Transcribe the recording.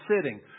sitting